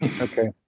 Okay